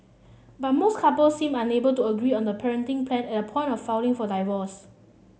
but most couples seemed unable to agree on the parenting plan at the point of filing for divorce